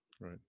Right